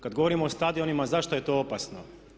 Kad govorimo o stadionima zašto je to opasno?